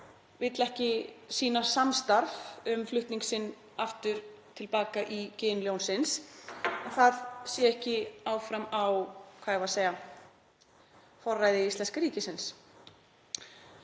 vill ekki sýna samstarf um flutning sinn aftur til baka í gin ljónsins, það sé ekki áfram á forræði íslenska ríkisins